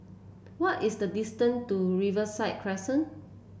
what is the distance to Riverside Crescent